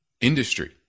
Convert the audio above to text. industry